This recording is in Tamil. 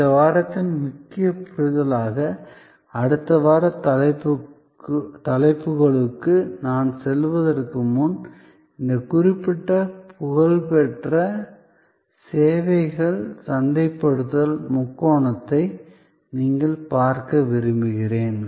இந்த வாரத்தின் முக்கிய புரிதலாக அடுத்த வார தலைப்புகளுக்கு நான் செல்வதற்கு முன் இந்த குறிப்பிட்ட புகழ்பெற்ற சேவைகள் சந்தைப்படுத்தல் முக்கோணத்தை நீங்கள் பார்க்க விரும்புகிறேன்